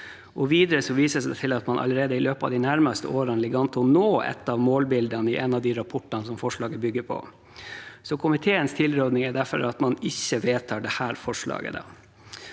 Videre vises det til at man allerede i løpet av de nærmeste årene ligger an til å nå et av målbildene i en av rapportene forslaget bygger på. Komiteens tilråding er derfor at man ikke vedtar dette forslaget.